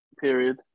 period